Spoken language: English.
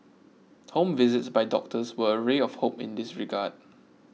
home visits by doctors were a ray of hope in this regard